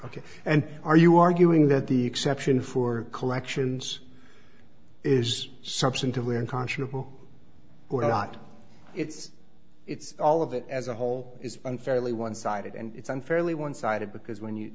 ok and are you arguing that the exception for collections is substantively unconscionable or not it's it's all of it as a whole is unfairly one sided and it's unfairly one sided because when you